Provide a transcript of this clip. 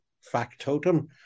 factotum